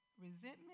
resentment